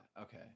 Okay